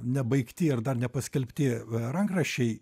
nebaigti ar dar nepaskelbti rankraščiai